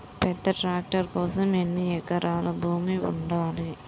పెద్ద ట్రాక్టర్ కోసం ఎన్ని ఎకరాల భూమి ఉండాలి?